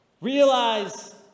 Realize